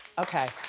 okay,